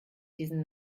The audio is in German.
diesen